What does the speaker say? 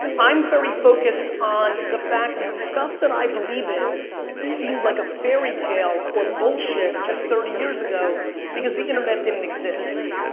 i'm very focused on the fact that the stuff that i believe in seemed like a fairytale or bullshit just thirty years ago because the internet didn't exist.